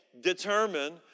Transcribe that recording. determine